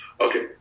Okay